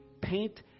Paint